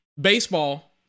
baseball